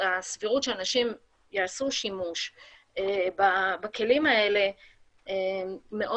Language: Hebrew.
והסבירות שאנשים יעשו שימוש בכלים האלה מאוד